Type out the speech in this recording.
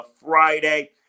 Friday